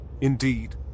Indeed